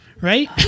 Right